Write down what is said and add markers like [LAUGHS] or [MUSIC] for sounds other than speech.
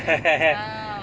[LAUGHS]